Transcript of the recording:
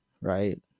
right